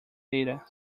data